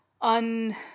un